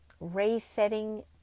resetting